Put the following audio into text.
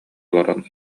олорон